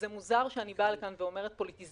זה מוזר שאני באה לכאן ואומרת "פוליטיזציה